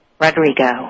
Rodrigo